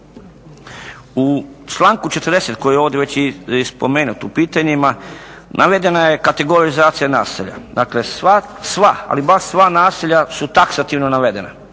U članku 40. koji je ovdje već i spomenut u pitanjima navedena je kategorizacija naselja. Dakle sva, ali baš sva naselja su taksativno navedena.